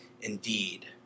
indeed